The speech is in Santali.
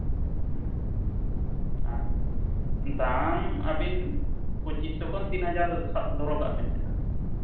ᱦᱮᱸ ᱟᱨ ᱫᱟᱢ ᱟᱹᱵᱤᱱ ᱯᱚᱸᱪᱤᱥᱥᱚ ᱠᱷᱚᱱ ᱛᱤᱱ ᱦᱟᱡᱟᱨ ᱫᱚᱦᱚ ᱠᱟᱜᱵᱤᱱ ᱥᱮ ᱦᱟᱸᱜ